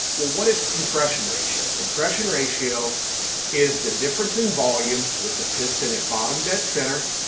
well what is compression ratio? compression ratio is the difference in volume with the piston at bottom dead center,